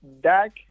Dak